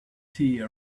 tea